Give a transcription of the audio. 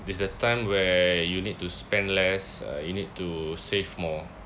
it's the time where you need to spend less uh you need to save more